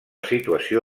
situació